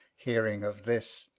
hearing of this.